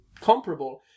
comparable